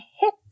hit